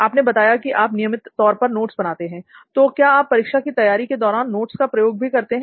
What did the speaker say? आपने बताया था कि आप नियमित तौर पर नोट्स बनाते हैं तो क्या आप परीक्षा की तैयारी के दौरान नोट्स का प्रयोग भी करते हैं